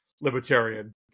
libertarian